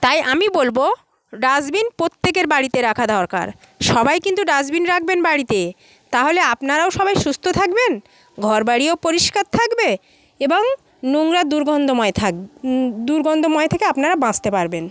তাই আমি বলবো ডাস্টবিন প্রত্যেকের বাড়িতে রাখা দরকার সবাই কিন্তু ডাস্টবিন রাখবেন বাড়িতে তাহলে আপনারাও সবাই সুস্থ থাকবেন ঘর বাড়িও পরিষ্কার থাকবে এবং নোংরা দুর্গন্ধময় থাক দুর্গন্ধময় থেকে আপনারা বাঁচতে পারবেন